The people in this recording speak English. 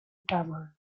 tavern